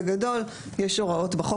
בגדול יש הוראות בחוק,